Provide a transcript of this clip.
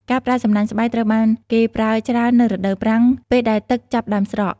ការប្រើសំណាញ់ស្បៃ ត្រូវបានគេប្រើច្រើននៅរដូវប្រាំង ពេលដែលទឹកចាប់ផ្ដើមស្រក។